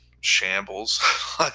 shambles